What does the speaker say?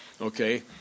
Okay